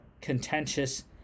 contentious